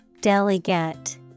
Delegate